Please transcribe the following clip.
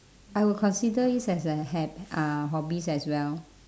I would consider this as a hab~ uh hobbies as well